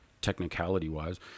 technicality-wise